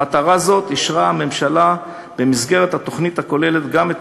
למטרה זו אישרה הממשלה במסגרת התוכנית הכוללת גם את